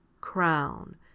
crown